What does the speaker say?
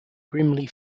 grimly